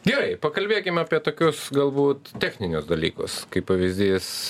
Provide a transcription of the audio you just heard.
gerai pakalbėkim apie tokius galbūt techninius dalykus kaip pavyzdys